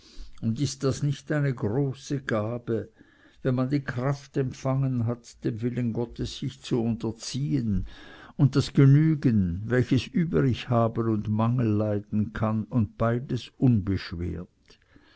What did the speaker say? und ist das nicht eine große gabe wenn man die kraft empfangen hat dem willen gottes sich zu unterziehen und das genügen welches übrig haben und mangel leiden kann und bei des unbeschwert